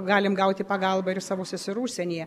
galim gauti pagalbą ir iš savo seserų užsienyje